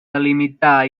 delimitar